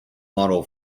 model